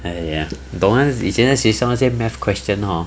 !aiya! 你懂 mah 以前那些学校 math question hor